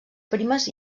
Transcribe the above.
primes